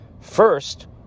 First